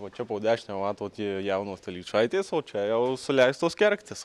o čia po dešime matot a jaunos telyčaitės o čia jau suleistos kergtis